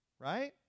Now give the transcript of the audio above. right